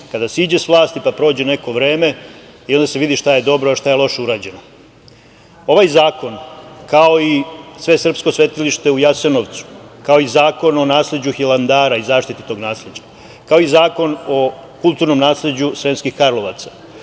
kada siđe s vlasti, pa prođe neko vreme i onda se vidi šta je dobro, a šta je loše urađeno. Ovaj zakon, kao i svesrpsko svetilište u Jasenovcu, kao i zakon o nasleđu Hilandara i zaštiti tog nasleđa, kao i zakon o kulturnom nasleđu Sremskih Karlovaca,